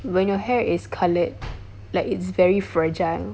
when your hair is coloured like it's very fragile